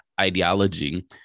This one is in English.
ideology